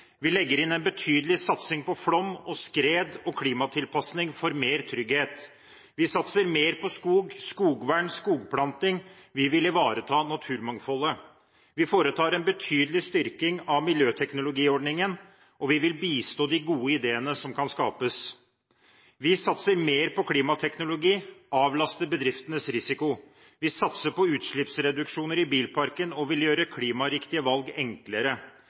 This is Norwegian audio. Vi legger inn en betydelig satsing på tiltak mot flom og skred og på klimatilpasning for mer trygghet. Vi satser mer på skog, skogvern og skogplanting. Vi vil ivareta naturmangfoldet. Vi foretar en betydelig styrking av miljøteknologiordningen, og vi vil bistå de gode ideene som kan skapes. Vi satser mer på klimateknologi og avlaster bedriftenes risiko. Vi satser på utslippsreduksjoner i bilparken og vil gjøre klimariktige valg enklere.